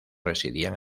residían